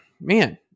man